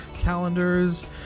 calendars